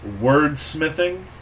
wordsmithing